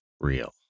real